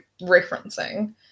referencing